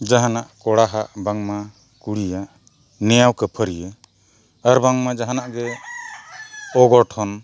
ᱡᱟᱦᱟᱱᱟᱜ ᱠᱚᱲᱟ ᱦᱟᱸᱜ ᱵᱟᱝᱢᱟ ᱠᱩᱲᱤᱭᱟᱜ ᱱᱮᱭᱟᱣ ᱠᱷᱟᱹᱯᱟᱹᱨᱤᱭᱟᱹ ᱟᱨ ᱵᱟᱝᱢᱟ ᱡᱟᱦᱟᱱᱟᱜ ᱜᱮ ᱚᱜᱚᱴᱷᱚᱱ